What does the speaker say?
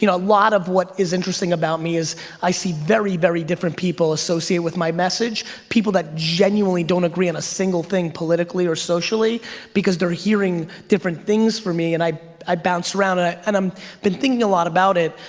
you know lot of what is interesting about me is i see very very different people associated with my message. people that genuinely don't agree on a single thing politically or socially because they're hearing different things from me and i i bounce around ah and i'm been thinking a lot about it,